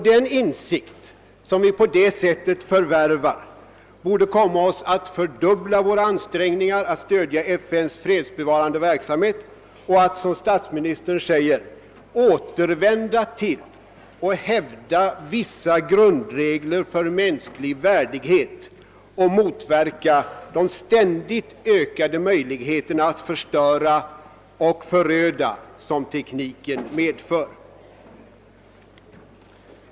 Den insikt som vi på så sätt förvärvar borde få oss att fördubbla våra ansträngningar att stödja FN:s fredsbevarande verksamhet och att som statsministern säger »återvända till och hävda vissa grundregler för mänsklig värdighet och motverka de ständigt ökade möjligheterna att förstöra och föröda som tekniken medför».